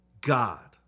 God